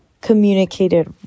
communicated